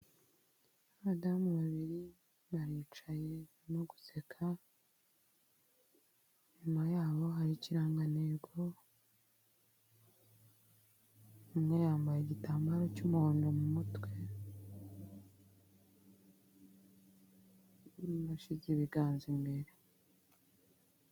Abadamu babiri baricaye barimo guseka, inyuma yaho hari ikirangantego, umwe yambaye igitambaro cy'umuhondo mu mutwe, yashyize ibiganza imbere.